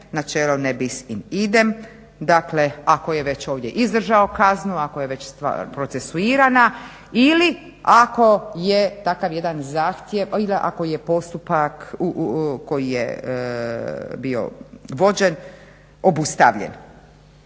načelo "ne bis in idem", dakle ako je već ovdje izdržao kaznu, ako je već stvar procesuirana ili ako je takav jedan zahtjev, ili ako je postupak koji je bio vođen obustavljen.